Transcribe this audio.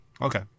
Okay